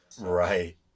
right